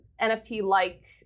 NFT-like